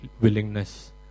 willingness